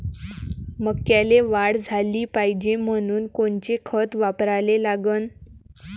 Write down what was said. मक्याले वाढ झाली पाहिजे म्हनून कोनचे खतं वापराले लागन?